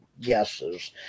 guesses